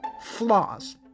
flaws